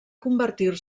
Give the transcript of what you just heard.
convertir